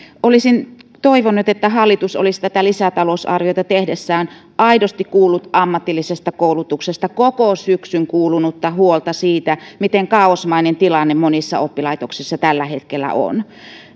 olisin toivonut että hallitus olisi tätä lisätalousarviota tehdessään aidosti kuullut ammatillisesta koulutuksesta koko syksyn kuulunutta huolta siitä miten kaaosmainen tilanne monissa oppilaitoksissa tällä hetkellä on